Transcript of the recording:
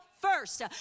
first